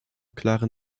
klare